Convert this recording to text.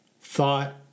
thought